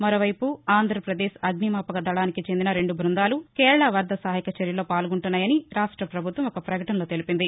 మరోవైపు ఆంధ్రప్రదేశ్ అగ్నిమాపక దళానికి చెందిన రెండు బ్బందాలు కేరళ వరద సహాయక చర్యలో పాల్గొంటున్నాయని రాష్ట్రపభుత్వం ఒక పకటనలో తెలిపింది